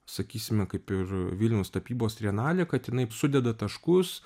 sakysime kaip ir vilniaus tapybos trienalė kad jinai sudeda taškus